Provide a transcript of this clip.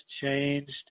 changed